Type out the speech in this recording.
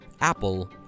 Apple